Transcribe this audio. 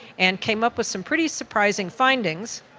and came up with some pretty surprising findings,